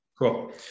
Cool